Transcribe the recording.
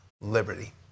liberty